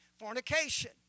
fornication